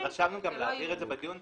רשמנו גם להבהיר את זה בדיון,